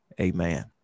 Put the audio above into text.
Amen